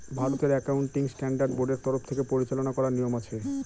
ভারতের accounting standard বোর্ডের তরফ থেকে পরিচালনা করার নিয়ম আছে